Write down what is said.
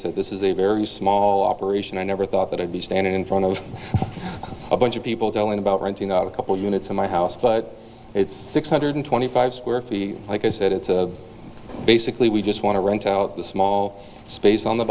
said this is a very small operation i never thought that i'd be standing in front of a bunch of people telling about renting out a couple units in my house but it's six hundred twenty five square feet like i said it's basically we just want to rent out the small space on the